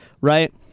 right